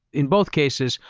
in both cases,